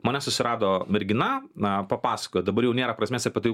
mane susirado mergina na papasakojo dabar jau nėra prasmės apie tai